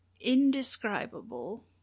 indescribable